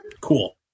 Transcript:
Cool